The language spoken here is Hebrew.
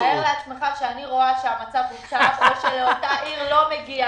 תאר לעצמך שאני רואה שהמצב לא נכון או שלאותה עיר לא מגיע.